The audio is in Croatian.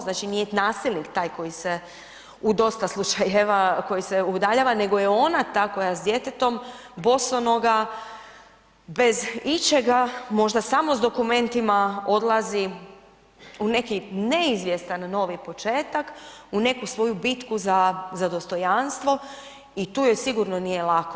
Znači nije nasilnik taj koji se u dosta slučajeva, koji se udaljava, nego je ona ta koja s djetetom, bosonoga, bez ičega, možda smo s dokumentima odlazi u neki neizvjestan novi početak, u neku svoju bitku za dostojanstvo i tu joj sigurno nije lako.